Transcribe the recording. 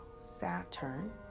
Saturn